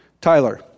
Tyler